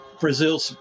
Brazil